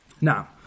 Now